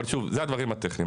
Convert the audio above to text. אבל שוב, זה הדברים הטכניים.